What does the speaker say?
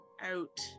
out